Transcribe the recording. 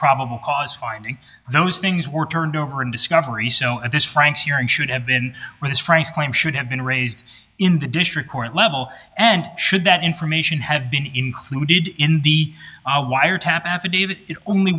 probable cause finding those things were turned over in discovery so at this frank's hearing should have been with his friends claim should have been raised in the district court level and should that information have been included in the wiretap affidavit only